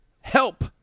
Help